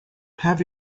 have